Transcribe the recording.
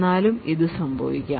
എന്നാലും ഇത് സംഭവിക്കാം